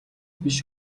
биш